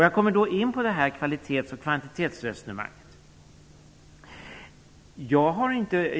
Jag kommer då in på kvalitets och kvantitetsresonemanget.